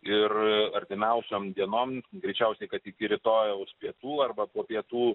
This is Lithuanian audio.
ir artimiausiom dienom greičiausiai kad iki rytojaus pietų arba po pietų